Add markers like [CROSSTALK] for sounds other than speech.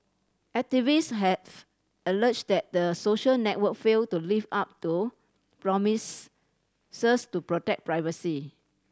activist have alleged that the social network failed to live up to promise [UNINTELLIGIBLE] to protect privacy